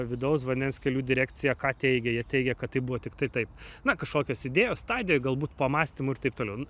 vidaus vandens kelių direkcija ką teigia jie teigia kad tai buvo tiktai taip na kažkokios idėjos stadijoj galbūt pamąstymų ir taip toliau